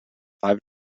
five